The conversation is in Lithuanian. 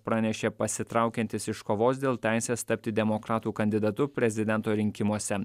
pranešė pasitraukiantis iš kovos dėl teisės tapti demokratų kandidatu prezidento rinkimuose